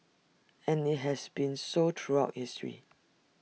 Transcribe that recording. and IT has been so throughout history